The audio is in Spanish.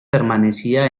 permanecía